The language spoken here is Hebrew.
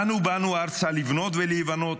"אנו באנו ארצה לבנות ולהיבנות"